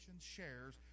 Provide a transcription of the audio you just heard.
shares